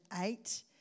eight